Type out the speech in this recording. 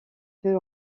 peu